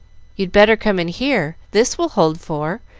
you'd better come in here, this will hold four,